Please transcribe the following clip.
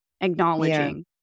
acknowledging